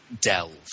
delve